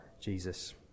Jesus